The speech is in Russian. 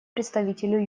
представителю